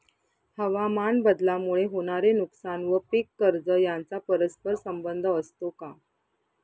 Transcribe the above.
हवामानबदलामुळे होणारे नुकसान व पीक कर्ज यांचा परस्पर संबंध असतो का?